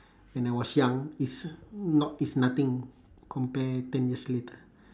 when I was young is not is nothing compare ten years later